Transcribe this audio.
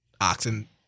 oxen